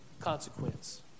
consequence